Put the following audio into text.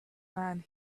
man